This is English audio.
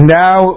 now